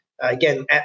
Again